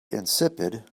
insipid